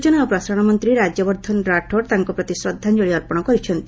ସୂଚନା ଓ ପ୍ରସାରଣ ମନ୍ତ୍ରୀ ରାଜ୍ୟବର୍ଦ୍ଧନ ରାଠୋଡ୍ ତାଙ୍କ ପ୍ରତି ଶ୍ରଦ୍ଧାଞ୍ଜଳୀ ଅର୍ପଣ କରିଛନ୍ତି